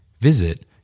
Visit